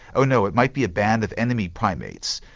oh no, it might be a band of enemy primates.